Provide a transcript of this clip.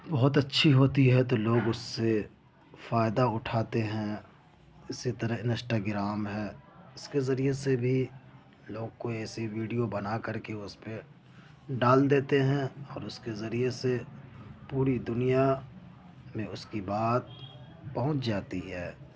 بہت اچّھی ہوتی ہے تو لوگ اس سے فائدہ اٹھاتے ہیں اسی طرح انسٹاگرام ہے اس کے ذریعے سے بھی لوگ کوئی ایسی ویڈیو بنا کر کے اس پہ ڈال دیتے ہیں اور اس کے ذریعے سے پوری دنیا میں اس کی بات پہنچ جاتی ہے